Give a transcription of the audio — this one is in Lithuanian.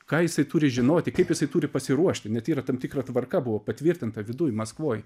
ką jisai turi žinoti kaip jisai turi pasiruošti net yra tam tikra tvarka buvo patvirtinta viduj maskvoj